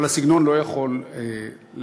אבל הסגנון לא יכול לעקר